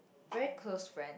very close friend